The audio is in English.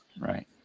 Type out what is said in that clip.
Right